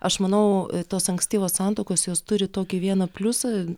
aš manau tos ankstyvos santuokos jos turi tokį vieną pliusą